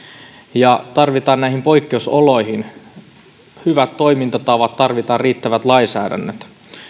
ja tarvitaan näihin poikkeusoloihin hyvät toimintatavat tarvitaan riittävät lainsäädännöt